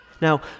Now